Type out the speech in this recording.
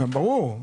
ברור.